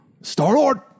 Star-Lord